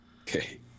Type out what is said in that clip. okay